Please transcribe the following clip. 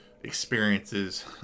experiences